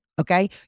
Okay